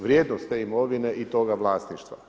Vrijednost te imovine i toga vlasništva.